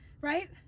right